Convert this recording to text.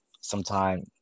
sometime